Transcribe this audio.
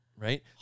right